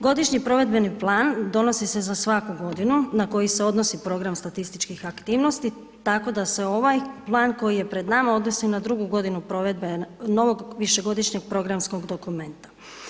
Godišnji provedbeni plan donosi se za svaku godinu na koji se odnosi program statističkih aktivnosti, tako da se ovaj plan koji je pred nama, odnosi na drugu godinu novog višegodišnjeg programskog dokumenta.